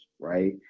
right